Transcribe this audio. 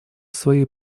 своей